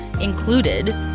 included